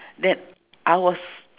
then I was